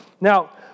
Now